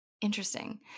interesting